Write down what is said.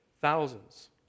thousands